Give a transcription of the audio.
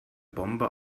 bombe